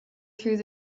through